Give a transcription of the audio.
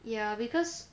ya because